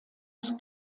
des